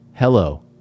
Hello